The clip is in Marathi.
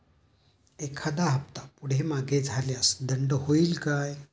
एखादा हफ्ता पुढे मागे झाल्यास दंड होईल काय?